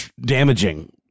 damaging